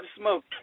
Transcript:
smoke